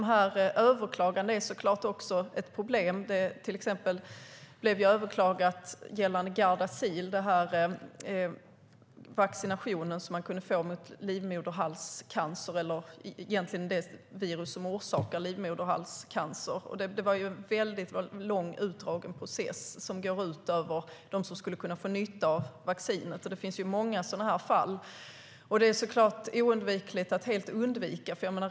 Överklagandena är också ett problem. Upphandlingen gällande Gardasil blev till exempel överklagad. Det gällde vaccination mot det virus som orsakar livmoderhalscancer. Det var en väldigt lång och utdragen process som gick ut över dem som skulle kunna få nytta av vaccinet. Det finns många sådana fall. Det går inte att helt undvika.